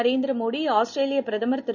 Narendra Modi Australia பிரதமர் திரு